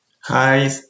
Hi